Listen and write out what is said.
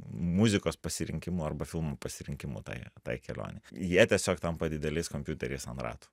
muzikos pasirinkimu arba filmų pasirinkimu tai tai kelionei jie tiesiog tampa dideliais kompiuteriais ant ratų